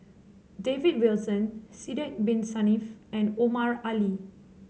David Wilson Sidek Bin Saniff and Omar Ali